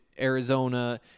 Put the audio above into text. Arizona